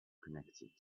connected